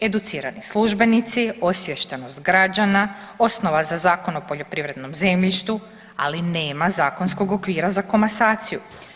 Educirani službenici, osviještenost građana, osnova za Zakon o poljoprivrednom zemljištu, ali nema zakonskog okvira za komasaciju.